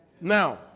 Now